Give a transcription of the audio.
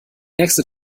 nächste